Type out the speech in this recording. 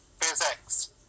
physics